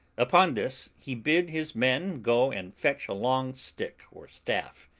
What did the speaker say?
upon this he bid his men go and fetch a long stick or staff,